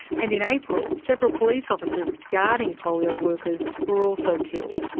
and in april, several police officers guarding polio workers were also killed.